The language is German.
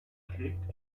klebt